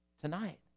tonight